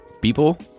People